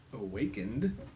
awakened